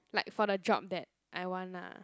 like for the job that I want lah